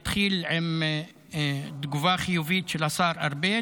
זה התחיל עם תגובה חיובית של השר ארבל,